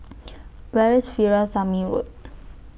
Where IS Veerasamy Road